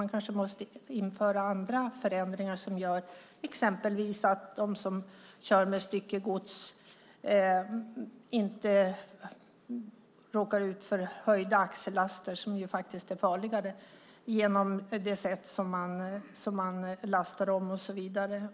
Man kanske måste införa andra förändringar som gör att exempelvis de som kör styckegods inte råkar ut för höjda axellaster, vilket faktiskt är farligare, genom det sätt man lastar om och så vidare.